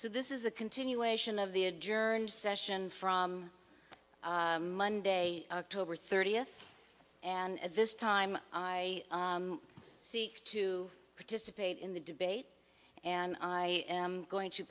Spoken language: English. so this is a continuation of the adjourned session from monday october thirtieth and this time i seek to participate in the debate and i am going to